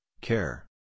care